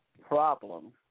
problem